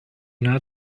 not